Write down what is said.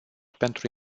pentru